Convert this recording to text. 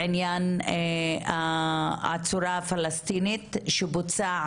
בעניין העצורה הפלסטינית שבוצע